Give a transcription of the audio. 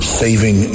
saving